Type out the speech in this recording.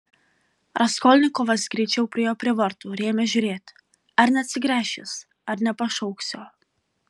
raskolnikovas greičiau priėjo prie vartų ir ėmė žiūrėti ar neatsigręš jis ar nepašauks jo